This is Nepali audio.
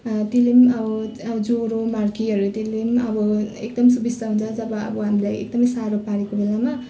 त्यसले पनि अब अब ज्वरो मार्गीहरू त्यसले पनि अब एकदम सुबिस्ता हुन्छ जब अब हामीलाई एकदमै साह्रो पारेको बेलामा